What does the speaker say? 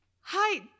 Hi